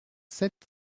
sept